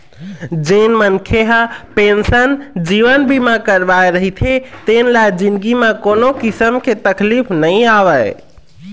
जेन मनखे ह पेंसन जीवन बीमा करवाए रहिथे तेन ल जिनगी म कोनो किसम के तकलीफ नइ आवय